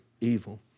evil